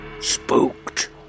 Spooked